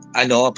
ano